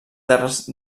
terres